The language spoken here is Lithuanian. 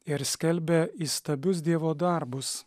ir skelbia įstabius dievo darbus